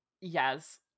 Yes